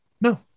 no